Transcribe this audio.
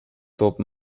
top